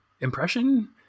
impression